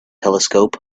telescope